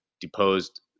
deposed